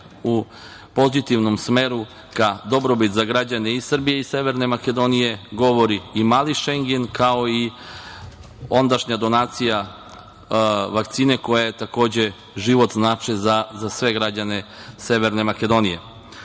u pozitivnom smeru ka dobrobiti za građane i Srbije i Severne Makedonije govori i „Mali Šengen“, kao i ondašnja donacija vakcine koja takođe život znači za sve građane Severne Makedonije. Hoću